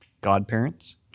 godparents